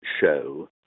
show